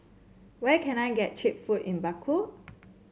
where can I get cheap food in Baku